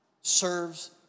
serves